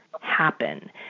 happen